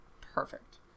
Perfect